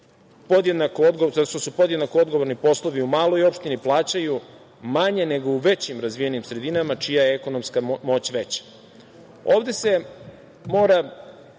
podjednako odgovorni poslovi u maloj opštini plaćaju manje nego u većim, razvijenijim sredinama čija je ekonomska moć veća. Ovde se mora